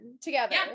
together